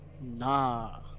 nah